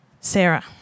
Sarah